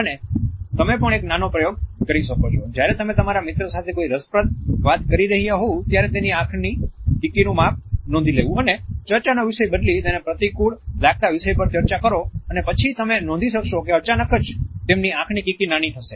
અને તમે પણ એક નાનો પ્રયોગ કરી શકો છો જ્યારે તમે તમારા મિત્ર સાથે કોઈ રસપ્રદ વાત કરી રહ્યા હોવ ત્યારે તેની આંખની કીકીનું માપ નોંધી લેવું અને ચર્ચાનો વિષય બદલી તેમને પ્રતિકુળ લાગતા વિષય પર ચર્ચા કરો અને પછી તમે નોંધી શકશો કે અચાનક જ તેમની આંખની કીકી નાની થશે